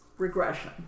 Regression